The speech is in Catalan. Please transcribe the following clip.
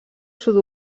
sud